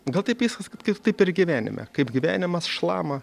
gal taip viskas kad kaip taip ir gyvenime kaip gyvenimas šlama